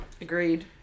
Agreed